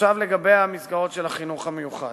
עכשיו לגבי המסגרות של החינוך המיוחד.